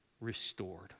restored